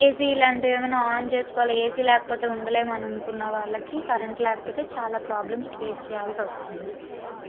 ఏసి ఇలాంటివేవన్నా ఆన్ చేసుకోవాలి ఏసీ లేకుండా ఉండలేము అనుకున్న వాళ్ళకి కరెంట్ లేకపోతే చాలా ప్రాబ్లమ్స్ ఫేస్ చేయాల్సి వస్తుంది